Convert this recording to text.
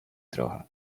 trochę